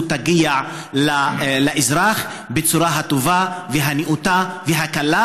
תגיע לאזרח בצורה הטובה והנאותה והקלה,